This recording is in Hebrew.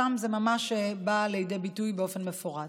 שם זה ממש בא לידי ביטוי באופן מפורט,